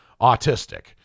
autistic